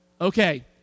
Okay